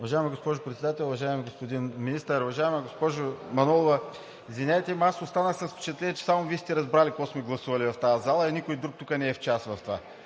Уважаема госпожо Председател, уважаеми господин Министър! Уважаема госпожо Манолова, извинявайте, ама аз останах с впечатление, че само Вие сте разбрала какво сме гласували в тази зала и никой друг тук не е в час.